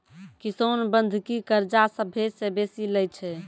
किसान बंधकी कर्जा सभ्भे से बेसी लै छै